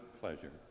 pleasure